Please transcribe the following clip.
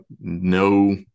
no